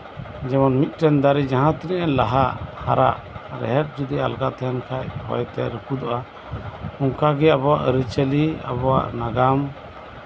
ᱡᱮᱢᱚᱱ ᱢᱤᱫᱴᱮᱱ ᱫᱟᱨᱮ ᱡᱟᱦᱟᱸᱛᱤᱱᱟᱹᱜ ᱮᱭ ᱞᱟᱦᱟᱜ ᱦᱟᱨᱟᱜ ᱨᱮᱦᱮᱫ ᱡᱩᱫᱤ ᱟᱞᱜᱟ ᱛᱟᱦᱮᱱ ᱠᱷᱟᱱ ᱦᱚᱭᱛᱮ ᱨᱟᱹᱯᱩᱫᱚᱜᱼᱟ ᱚᱱᱠᱟ ᱜᱮ ᱟᱵᱚᱣᱟᱜ ᱟᱹᱨᱤᱪᱟᱞᱤ ᱟᱵᱚᱣᱟᱜ ᱱᱟᱜᱟᱢ